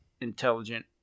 intelligent